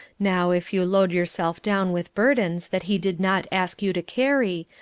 now if you load yourself down with burdens that he did not ask you to carry,